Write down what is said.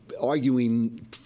arguing